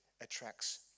attracts